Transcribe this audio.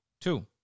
two